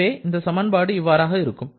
எனவே இந்த சமன்பாடு இவ்வாறு இருக்கும்